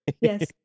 Yes